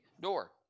door